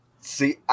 See